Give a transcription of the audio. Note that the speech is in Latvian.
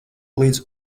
līdz